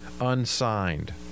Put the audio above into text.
unsigned